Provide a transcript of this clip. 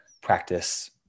practice